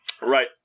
Right